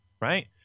Right